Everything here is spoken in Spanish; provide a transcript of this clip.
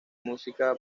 música